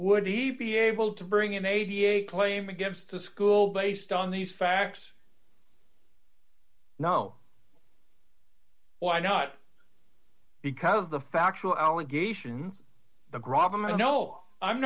would he be able to bring in a da claim against the school based on these facts no why not because the factual allegations